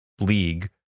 league